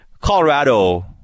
Colorado